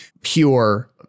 pure